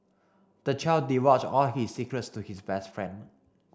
the child divulged all his secrets to his best friend